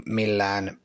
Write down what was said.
millään